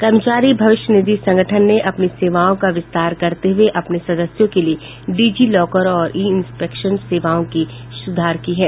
कर्मचारी भविष्य निधि संगठन ने अपनी सेवाओं का विस्तार करते हुए अपने सदस्यों के लिए डिजी लॉकर और ई इंस्पेक्शन सेवाओं की सुधार की है